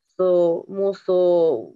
su mūsų